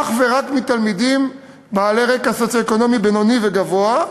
אך ורק תלמידים בעלי רקע סוציו-אקונומי בינוני וגבוה,